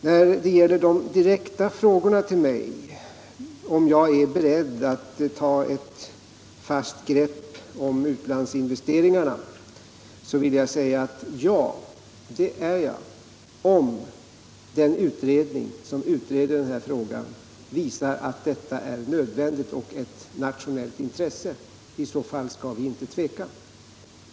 När det gäller Carl Lidboms direkta fråga till mig om jag är beredd att ta ett fast grepp om utlandsinvesteringarna, så vill jag svara: Ja, det är jag, om den utredning som arbetar med denna fråga visar att detta är nödvändigt och ett nationellt intresse. I så fell skall vi inte tveka.